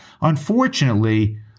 Unfortunately